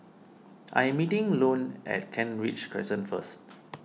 I am meeting Lone at Kent Ridge Crescent first